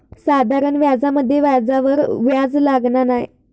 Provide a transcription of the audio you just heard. साधारण व्याजामध्ये व्याजावर व्याज लागना नाय